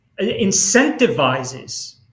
incentivizes